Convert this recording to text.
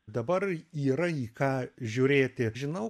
dabar yra į ką žiūrėti žinau